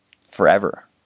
forever